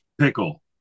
Pickle